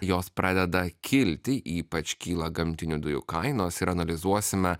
jos pradeda kilti ypač kyla gamtinių dujų kainos ir analizuosime